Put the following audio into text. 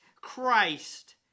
Christ